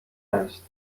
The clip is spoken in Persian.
است